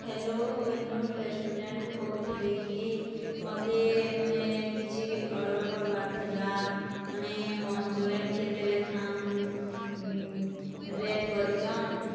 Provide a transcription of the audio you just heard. hello Kohinoor ରେଷ୍ଟୁରେଣ୍ଟରୁ କହୁଥିଲେ କି ମୋତେ ମାନେ କିଛି ଅର୍ଡ଼ର୍ କରବାର୍ ଥିଲା ମାନେ ମନଚୁରେନ୍ କେତେ ଲେଖା ରେଟ୍ କରିଛନ୍